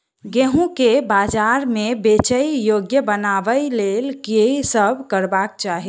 गेंहूँ केँ बजार मे बेचै योग्य बनाबय लेल की सब करबाक चाहि?